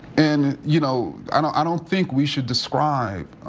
and, you know, i don't think we should describe,